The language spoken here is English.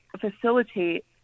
facilitate